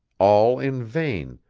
all in vain,